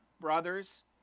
brothers